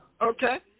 Okay